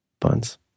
buns